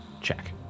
check